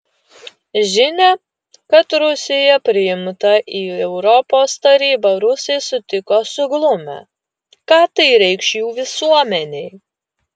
žinią kad rusija priimta į europos tarybą rusai sutiko suglumę ką tai reikš jų visuomenei